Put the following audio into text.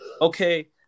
Okay